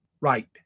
right